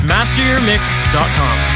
MasterYourMix.com